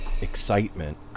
excitement